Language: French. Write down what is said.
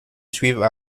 suivent